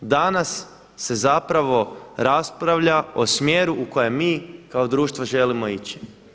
Danas se zapravo raspravlja o smjeru u kojem mi kao društvo želimo ići.